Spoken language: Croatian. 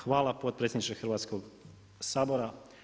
Hvala potpredsjedniče Hrvatskog sabora.